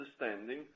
understanding